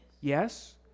yes